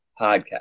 Podcast